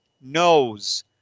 knows